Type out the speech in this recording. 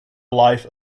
life